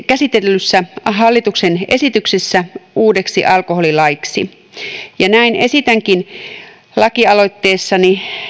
käsitellyssä hallituksen esityksessä uudeksi alkoholilaiksi näin esitänkin lakialoitteessani